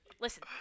Listen